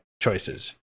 Choices